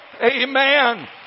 Amen